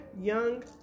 young